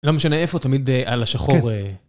לא משנה איפה, תמיד על השחור...